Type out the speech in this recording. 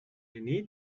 needed